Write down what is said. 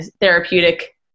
therapeutic